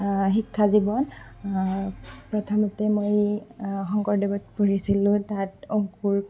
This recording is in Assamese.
শিক্ষাজীৱন প্ৰথমতে মই শংকৰদেৱত পঢ়িছিলোঁ তাত অংকুৰ